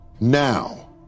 now